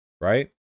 right